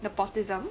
the autism